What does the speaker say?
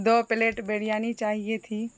دو plate biryani چاہیے تھی